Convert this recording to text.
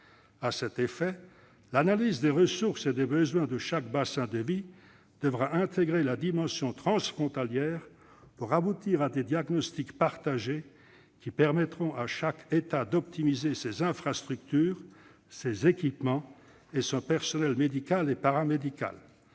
À cet effet, l'analyse des ressources et des besoins de chaque bassin de vie devra intégrer la dimension transfrontalière pour aboutir à des diagnostics partagés, qui permettront à chaque État d'optimiser ses infrastructures, ses équipements et son personnel médical et paramédical.